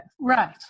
Right